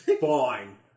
Fine